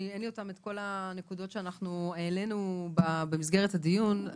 אין לי את כל הנקודות שהעלינו במסגרת הדיון.